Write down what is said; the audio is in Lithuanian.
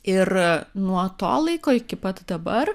ir nuo to laiko iki pat dabar